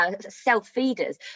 self-feeders